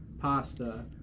pasta